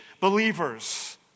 believers